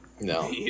No